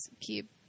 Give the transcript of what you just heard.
keep